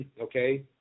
okay